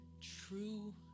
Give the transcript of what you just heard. true